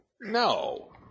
no